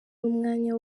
n’umwanya